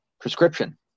prescription